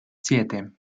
siete